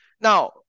Now